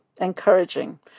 encouraging